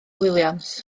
williams